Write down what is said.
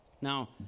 Now